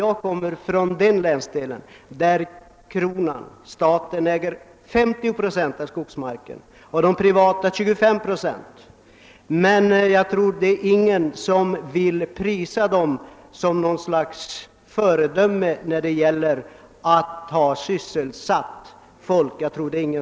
Jag kommer från ett län där kronan äger 50 procent av skogsmarken och de privata 25 procent, men jag tror att ingen vill prisa staten som något slags föredöme när det gäller att sysselsätta folk.